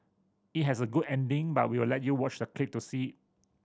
it has a good ending but we'll let you watch the clip to see it